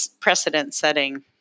precedent-setting